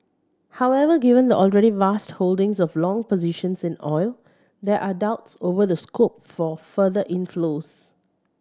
however given the already vast holdings of long positions in oil there are doubts over the scope for further inflows